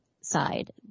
side